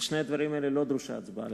על שני הדברים האלה לא דרושה הצבעה.